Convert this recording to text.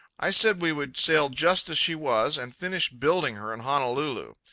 i said we would sail just as she was and finish building her in honolulu.